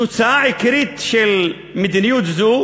תוצאה עיקרית של מדיניות זו